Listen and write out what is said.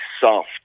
soft